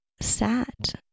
sat